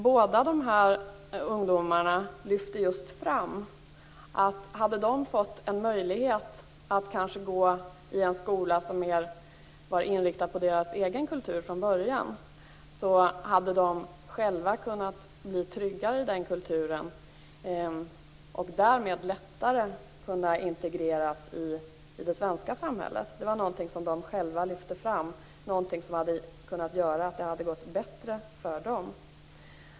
Båda dessa ungdomar lyfte fram att om de fått möjlighet att gå i en skola som var mer inriktad på deras kultur från början, hade de själva kunnat bli tryggare i den kulturen. Därmed hade de lättare kunnat integreras i det svenska samhället. De lyfte själva fram detta som något som hade kunnat göra att det gått bättre för dem.